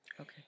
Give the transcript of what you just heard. Okay